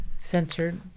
Censored